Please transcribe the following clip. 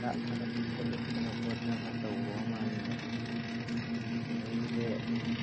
ꯈꯔ ꯑꯁꯥꯎꯕ ꯈꯔ ꯎꯠꯇꯅ ꯈꯣꯠꯇꯅ ꯈꯔ ꯇꯧꯔꯣ ꯃꯥꯜꯂꯦꯅꯦ ꯑꯗꯨꯗꯒꯤꯗꯤ